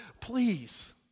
please